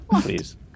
Please